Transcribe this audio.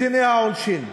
בדיני העונשין.